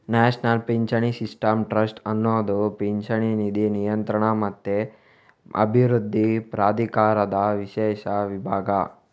national ಪಿಂಚಣಿ system trust ಅನ್ನುದು ಪಿಂಚಣಿ ನಿಧಿ ನಿಯಂತ್ರಣ ಮತ್ತೆ ಅಭಿವೃದ್ಧಿ ಪ್ರಾಧಿಕಾರದ ವಿಶೇಷ ವಿಭಾಗ